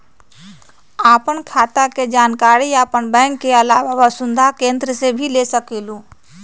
आपन खाता के जानकारी आपन बैंक के आलावा वसुधा केन्द्र से भी ले सकेलु?